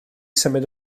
symud